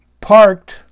parked